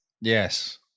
Yes